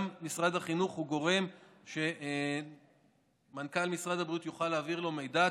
גם משרד החינוך הוא גורם שמנכ"ל משרד הבריאות יוכל להעביר לו מידע.